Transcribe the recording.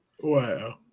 Wow